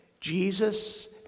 Jesus